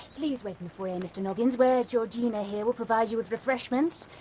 please wait in the foyer, mr noggins, where georgina here will provide you with refreshments,